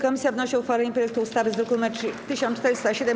Komisja wnosi o uchwalenie projektu ustawy z druku nr 1407.